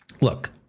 Look